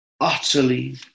utterly